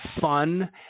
fun